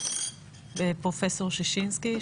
ששינסקי,